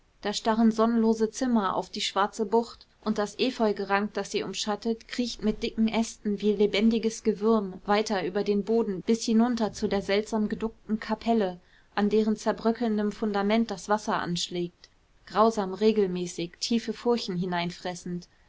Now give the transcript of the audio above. da starren sonnenlose zimmer auf die schwarze bucht und das efeugerank das sie umschattet kriecht mit dicken ästen wie lebendiges gewürm weiter über den boden bis hinüber zu der seltsam geduckten kapelle an deren zerbröckelndem fundament das wasser anschlägt grausam regelmäßig tiefe furchen